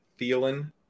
Thielen